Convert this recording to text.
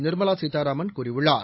நிர்மலா சீதாராமன் கூறியுள்ளார்